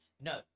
No